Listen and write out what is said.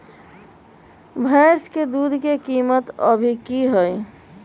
भैंस के दूध के कीमत अभी की हई?